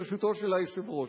ברשותו של היושב-ראש.